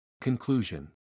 Conclusion